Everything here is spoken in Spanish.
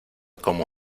cómo